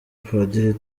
padiri